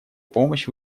помощь